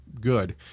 good